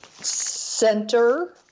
center